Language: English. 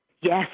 Yes